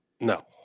no